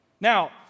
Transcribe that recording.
now